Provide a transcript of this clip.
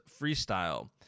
freestyle